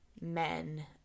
men